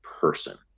person